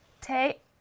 take